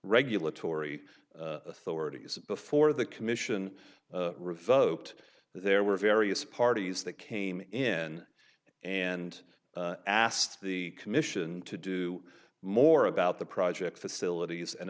regulatory authorities before the commission revoked there were various parties that came in and asked the commission to do more about the project facilities and